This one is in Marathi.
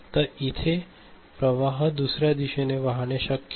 तर इथे प्रवाह दुसर्या दिशेने वाहणे शक्य नाही